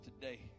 today